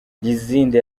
lizinde